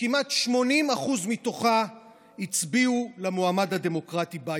שכמעט 80% מתוכה הצביעו למועמד הדמוקרטי ביידן.